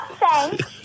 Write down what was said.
thanks